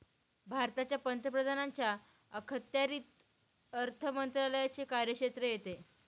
भारताच्या पंतप्रधानांच्या अखत्यारीत अर्थ मंत्रालयाचे कार्यक्षेत्र येते